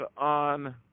on